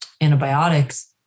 antibiotics